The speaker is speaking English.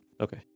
Okay